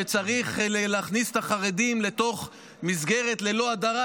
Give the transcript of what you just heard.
שצריך להכניס את החרדים לתוך מסגרת ללא הדרה,